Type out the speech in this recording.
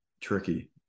tricky